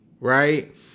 right